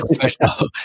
professional